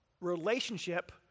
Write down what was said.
relationship